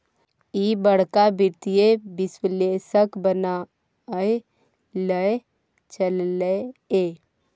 ईह बड़का वित्तीय विश्लेषक बनय लए चललै ये